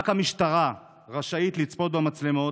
רק המשטרה רשאית לצפות במצלמות,